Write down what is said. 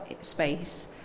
space